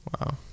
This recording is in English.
Wow